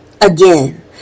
Again